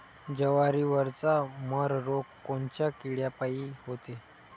जवारीवरचा मर रोग कोनच्या किड्यापायी होते?